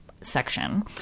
section